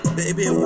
baby